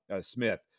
Smith